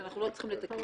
שאנחנו לא צריכים לתקף.